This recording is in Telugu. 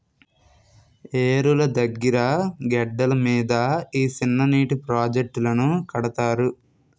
ఏరుల దగ్గిర గెడ్డల మీద ఈ సిన్ననీటి ప్రాజెట్టులను కడతారు